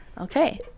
Okay